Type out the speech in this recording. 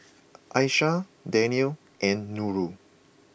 Aisyah Daniel and Nurul